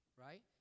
Right